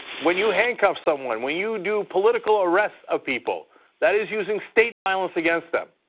when you think of someone, when you do political arrests of people that is using state violence against them.